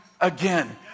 again